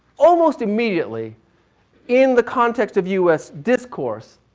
almost immediately in the context of u s. discourse,